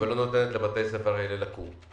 ולא נותנת לבתי הספר האלה לקום.